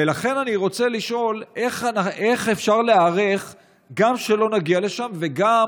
ולכן אני רוצה לשאול איך אפשר להיערך גם שלא נגיע לשם וגם